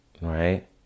right